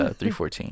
314